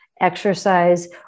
exercise